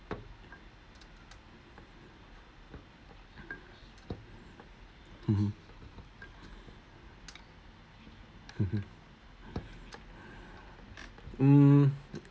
mmhmm mmhmm mm